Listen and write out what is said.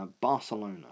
Barcelona